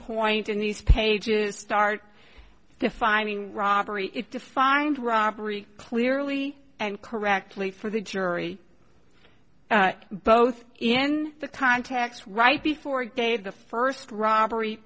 point in these pages start defining robbery is defined robbery clearly and correctly for the jury both in the contact right before day the first robbery